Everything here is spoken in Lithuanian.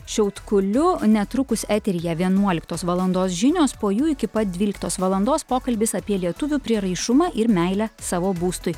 šiautkuliu netrukus eteryje vienuoliktos valandos žinios po jų iki pat dvyliktos valandos pokalbis apie lietuvių prieraišumą ir meilę savo būstui